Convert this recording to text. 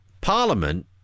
Parliament